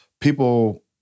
people